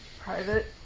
private